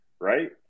right